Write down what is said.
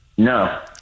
No